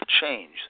change